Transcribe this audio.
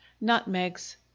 nutmegs